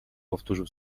powtórzył